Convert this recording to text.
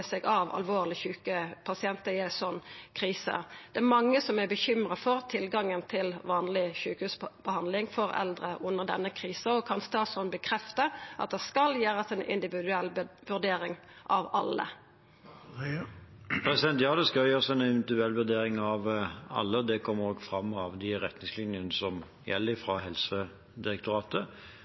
av alvorleg sjuke pasientar i ei slik krise. Det er mange som er bekymra for tilgangen til vanleg sjukehusbehandling for eldre under denne krisa. Kan statsråden stadfesta at det skal gjerast ei individuell vurdering av alle? Ja, det skal gjøres en individuell vurdering av alle. Det kommer også fram av de retningslinjene som gjelder fra Helsedirektoratet.